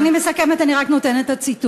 אני מסכמת, אני רק נותנת את הציטוט.